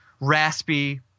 raspy